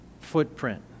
footprint